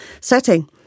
setting